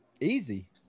Easy